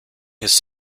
his